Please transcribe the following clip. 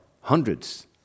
hundreds